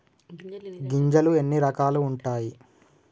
గింజలు ఎన్ని రకాలు ఉంటాయి?